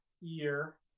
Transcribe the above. year